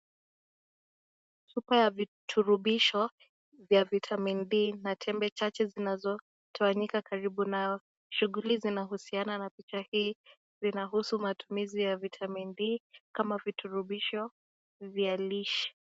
Chupa ya viturubisho vya vitamin D na tembe zinazotawanyika karibu nayo. Kuna shughuli zinazohusiana na picha hii zinahusu matumizi ya vitamin D kama viturubisho vya lishe.